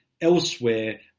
elsewhere